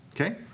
okay